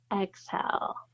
Exhale